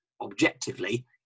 objectively